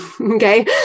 Okay